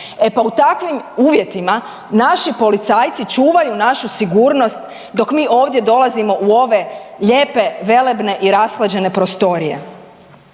E pa u takvim uvjetima naši policajci čuvaju našu sigurnost dok mi ovdje dolazimo u ove lijepe velebne i rashlađene prostorije.